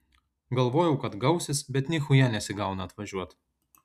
galvojau kad gausis bet nichuja nesigauna atvažiuot